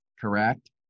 correct